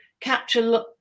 capture